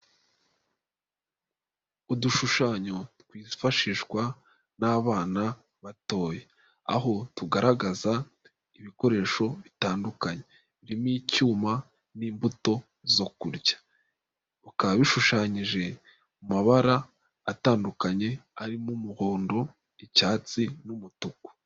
Udushushanyo twifashishwa n'abana batoya, aho tugaragaza ibikoresho bitandukanye, birimo icyuma n'imbuto zo kurya. Bikaba bishushanyije mu mabara atandukanye arimo umuhondo icyatsi n'umutuku.